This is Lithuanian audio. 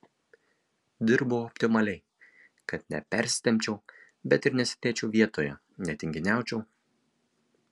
dirbau optimaliai kad nepersitempčiau bet ir nesėdėčiau vietoje netinginiaučiau